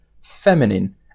feminine